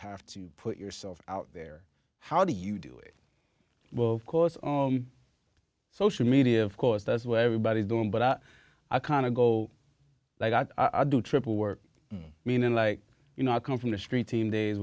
have to put yourself out there how do you do it well of course on social media of course that's where everybody's doing but i kind of go like that i do triple work meaning like you know i come from a street team days